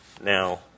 Now